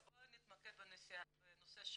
בוא נתמקד בנושא שלנו.